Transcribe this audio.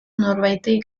norbaiti